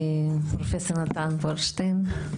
פרופ' נתן בורנשטיין,